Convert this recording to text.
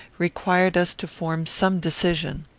required us to form some decision.